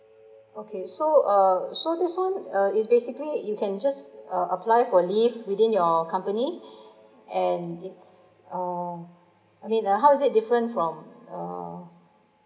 okay so uh so this one uh is basically you can just uh apply for leave within your company and yes um I mean uh how is it different from mm